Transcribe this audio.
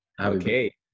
Okay